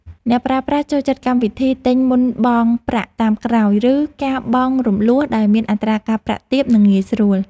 អ្នកប្រើប្រាស់ចូលចិត្តកម្មវិធីទិញមុនបង់ប្រាក់តាមក្រោយ ឬការបង់រំលស់ដែលមានអត្រាការប្រាក់ទាប និងងាយស្រួល។